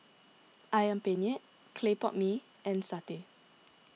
Ayam Penyet Clay Pot Mee and Satay